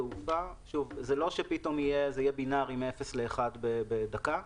זה לא שפתאום זה יהיה בינארי מאפס לאחת בדקה.